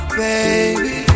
baby